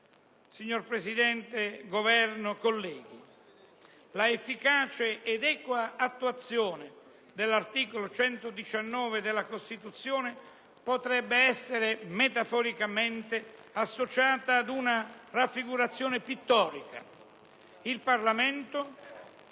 rappresentanti del Governo, colleghi, la efficace ed equa attuazione dell'articolo 119 della Costituzione potrebbe essere metaforicamente associata ad una raffigurazione pittorica: il Parlamento,